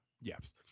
Yes